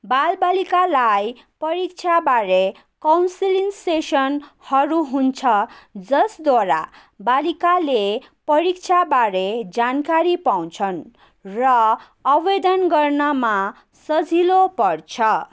बालबालिकालाई परीक्षाबारे काउन्सिलिङ सेसनहरू हुन्छ जसद्वारा बालिकाले परीक्षाबारे जानकारी पाउँछन् र आवेदन गर्नमा सजिलो पर्छ